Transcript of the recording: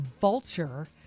vulture